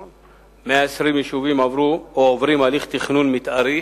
120 יישובים עברו או עוברים הליך תכנון מיתארי,